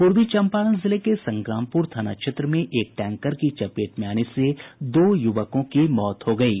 पूर्वी चंपारण जिले के संग्रामपुर थाना क्षेत्र में एक टैंकर की चपेट में आने से दो युवकों की मौत हो गयी